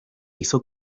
hizo